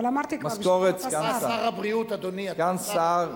אבל אמרתי כבר, בשבילי אתה שר.